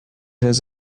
his